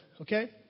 okay